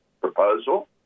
proposal